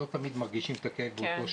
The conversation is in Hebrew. לא תמיד מרגישים את הכאב באותה שנייה,